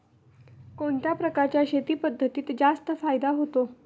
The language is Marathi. कोणत्या प्रकारच्या शेती पद्धतीत जास्त फायदा होतो?